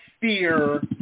fear